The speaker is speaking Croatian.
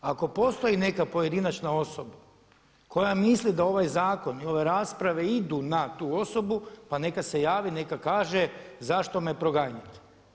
Ako postoji neka pojedinačna osoba koja mislim da ovaj zakon i ove rasprave idu na tu osobu pa neka se javi, neka kaže zašto me proganjate.